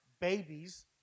babies